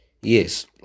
Yes